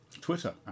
Twitter